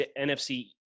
NFC